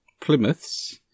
Plymouth's